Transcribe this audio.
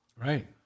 Right